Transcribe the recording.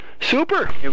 Super